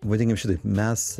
vadinkim šitaip mes